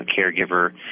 caregiver